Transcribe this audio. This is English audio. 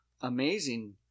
amazing